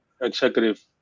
executive